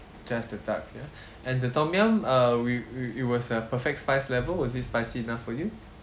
just the duck ya and the tom yum uh we it it was a perfect spice level was it spicy enough for you